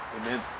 Amen